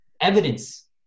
evidence